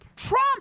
Trump